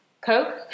Coke